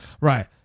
Right